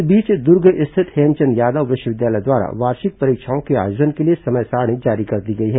इस बीच दुर्ग स्थित हेमचंद यादव विश्वविद्यालय द्वारा वार्षिक परीक्षाओं के आयोजन के लिए समय सारिणी जारी कर दी गई हैं